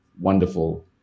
wonderful